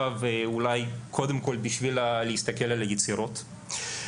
ואולי קודם כל בשביל להסתכל על היצירות.